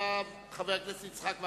אחריו, חבר הכנסת יצחק וקנין.